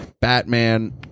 Batman